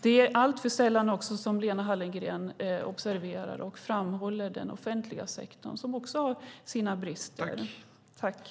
Det är också alltför sällan som Lena Hallengren observerar och framhåller den offentliga sektorn, som också har sina brister.